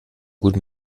gut